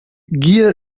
gier